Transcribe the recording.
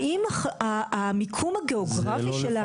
האם המיקום הגיאוגרפי שלנו,